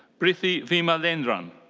brithy vimalendran.